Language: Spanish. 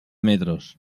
metros